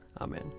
Amen